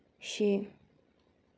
شیٚے